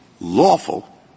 lawful